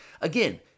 Again